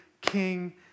King